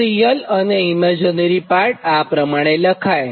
તોરીયલ અને imaginary parts આ પ્રમાણે લખાય